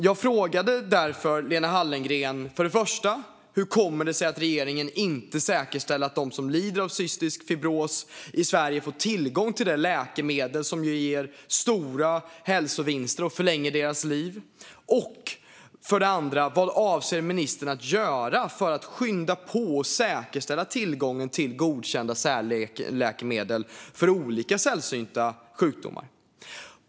Jag frågade därför Lena Hallengren för det första: Hur kommer det sig att regeringen inte säkerställer att de som lider av cystisk fibros i Sverige får tillgång till det läkemedel som ger stora hälsovinster och förlänger deras liv? För det andra frågade jag: Vad avser ministern att göra för att skynda på och säkerställa tillgången till godkända särläkemedel för olika sällsynta sjukdomar?